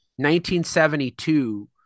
1972